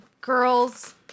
girls